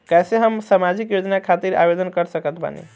कैसे हम सामाजिक योजना खातिर आवेदन कर सकत बानी?